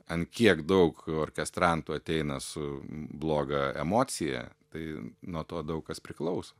ant kiek daug orkestrantų ateina su bloga emocija tai nuo to daug kas priklauso